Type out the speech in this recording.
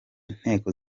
inteko